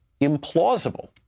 implausible